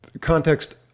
context